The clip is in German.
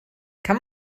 kann